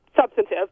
substantive